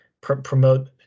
promote